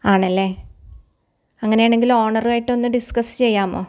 ആണല്ലേ അങ്ങനെയാണങ്കില് ഓണറുവായിട്ടൊന്ന് ഡിസ്ക്കസ് ചെയ്യാമോ